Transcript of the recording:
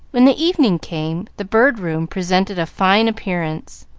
when the evening came, the bird room presented a fine appearance.